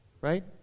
Right